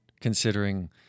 considering